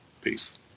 Peace